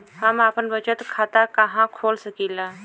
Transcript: हम आपन बचत खाता कहा खोल सकीला?